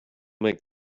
make